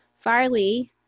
Farley